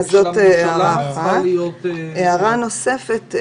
הערה נוספת,